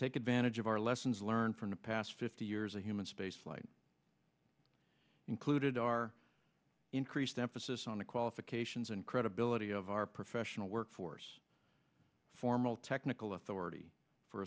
take advantage of our lessons learned from the past fifty years of human spaceflight included our increased emphasis on the qualifications and credibility of our professional work force formal technical authority for